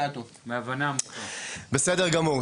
טוב.